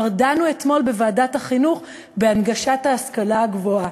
דנו כבר אתמול בוועדת החינוך בהנגשת ההשכלה הגבוהה.